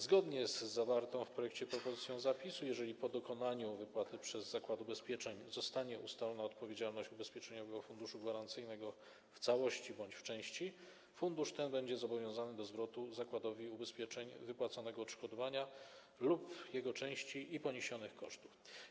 Zgodnie z zawartą w projekcie propozycją zapisu, jeżeli po dokonaniu wypłaty przez zakład ubezpieczeń zostanie ustalona odpowiedzialność Ubezpieczeniowego Funduszu Gwarancyjnego w całości bądź w części, fundusz ten będzie zobowiązany do zwrotu zakładowi ubezpieczeń wypłaconego odszkodowania lub jego części i poniesionych kosztów.